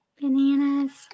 bananas